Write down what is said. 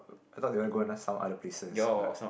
I thought they want go some other places but